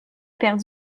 perdu